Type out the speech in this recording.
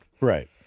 Right